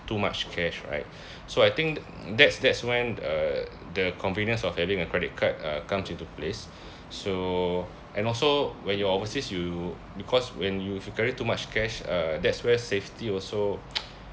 too much cash right so I think that's that's when uh the convenience of having a credit card uh comes into place so and also when you're overseas you because when you if you carry too much cash uh that's where safety also